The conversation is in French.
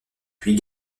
puis